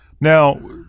Now –